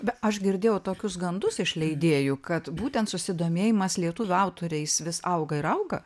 aš girdėjau tokius gandus iš leidėjų kad būtent susidomėjimas lietuvių autoriais vis auga ir auga